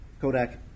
Kodak